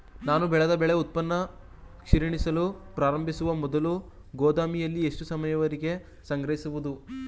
ನಾನು ಬೆಳೆದ ಬೆಳೆ ಉತ್ಪನ್ನ ಕ್ಷೀಣಿಸಲು ಪ್ರಾರಂಭಿಸುವ ಮೊದಲು ಗೋದಾಮಿನಲ್ಲಿ ಎಷ್ಟು ಸಮಯದವರೆಗೆ ಸಂಗ್ರಹಿಸಬಹುದು?